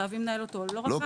חייבים לנהל אותו -- לא,